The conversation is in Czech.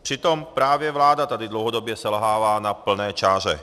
Přitom právě vláda tady dlouhodobě selhává na plné čáře.